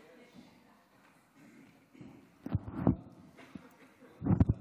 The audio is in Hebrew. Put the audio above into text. חבריי חברי הכנסת, עמד פה